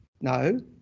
No